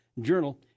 journal